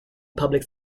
public